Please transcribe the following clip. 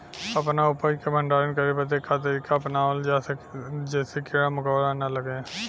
अपना उपज क भंडारन करे बदे का तरीका अपनावल जा जेसे कीड़ा मकोड़ा न लगें?